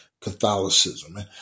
Catholicism